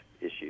issues